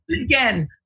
again